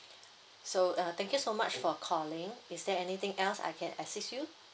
so uh thank you so much for calling is there anything else I can assist you